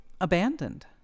abandoned